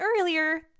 earlier